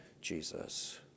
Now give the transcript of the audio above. Jesus